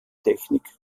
technik